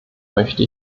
möchte